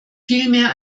vielmehr